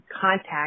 contact